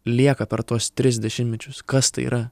lieka per tuos tris dešimtmečius kas tai yra